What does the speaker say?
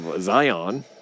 Zion